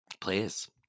Please